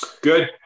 good